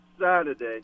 Saturday